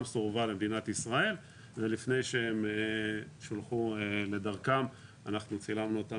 סורבה למדינת ישראל ולפני שהם שולחו לדרכם אנחנו צילמנו אותם